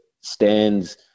stands